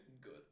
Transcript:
Good